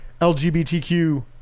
LGBTQ